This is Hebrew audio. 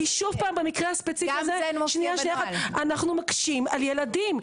שוב, במקרה הספציפי הזה, אנחנו מקשים על ילדים.